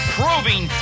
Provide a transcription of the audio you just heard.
proving